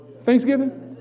Thanksgiving